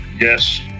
yes